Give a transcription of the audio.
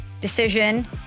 decision